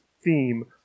theme